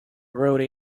wrote